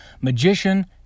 magician